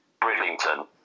Bridlington